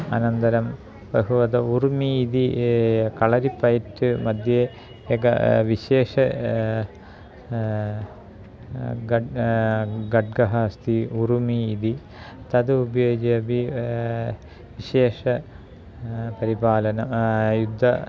अनन्तरं बहुविधः उर्मि इति कळरिपैट् मध्ये एकः विशेषः गड् खड्गः अस्ति उर्मि इति तद् उपयुज्य अपि विशेषं परिपालनं युद्धे